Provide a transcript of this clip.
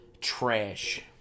Trash